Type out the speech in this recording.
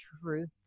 truth